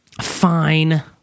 Fine